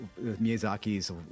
Miyazaki's